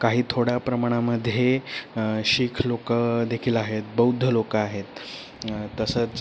काही थोड्या प्रमाणामध्ये शीख लोकं देखील आहेत बौद्ध लोकं आहेत तसंच